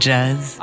Jazz